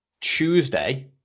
Tuesday